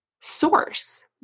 source